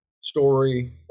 story